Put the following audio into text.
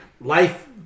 life